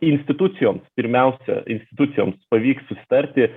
institucijoms pirmiausia institucijoms pavyks susitarti